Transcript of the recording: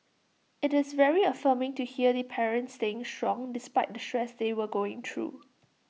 IT is very affirming to hear the parents staying strong despite the stress they were going through